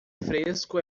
fresco